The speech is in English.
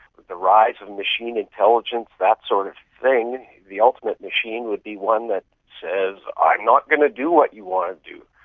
the rise of machine intelligence, that sort of thing, the ultimate machine would be one that says i'm not going to do what you want to do,